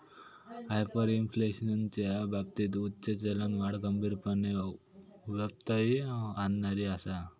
हायपरइन्फ्लेशनच्या बाबतीत उच्च चलनवाढ गंभीरपणे व्यत्यय आणणारी आसा